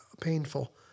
painful